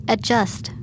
Adjust